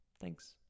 Thanks